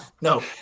No